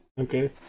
okay